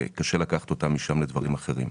וקשה לקחת אותם משם לדברים אחרים.